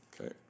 Okay